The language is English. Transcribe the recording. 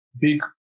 big